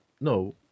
No